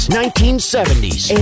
1970s